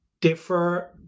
differ